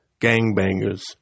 gangbangers